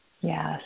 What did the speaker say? Yes